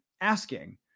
asking